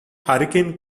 hurricane